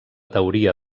teoria